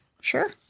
Sure